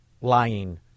lying